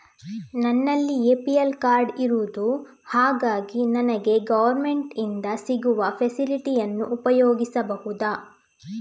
ನನ್ನಲ್ಲಿ APL card ಇರುದು ಹಾಗಾಗಿ ನನಗೆ ಗವರ್ನಮೆಂಟ್ ಇಂದ ಸಿಗುವ ಫೆಸಿಲಿಟಿ ಅನ್ನು ಉಪಯೋಗಿಸಬಹುದಾ?